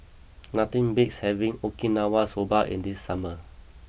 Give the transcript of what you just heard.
nothing beats having Okinawa Soba in these summer